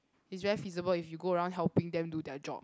it's very feasible if you go around helping them do their job